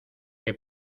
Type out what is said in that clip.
que